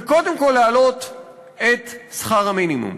וקודם כול להעלות את שכר המינימום?